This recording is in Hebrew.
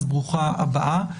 ברוכה הבאה.